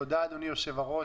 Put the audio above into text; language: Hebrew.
תודה, אדוני היושב-ראש.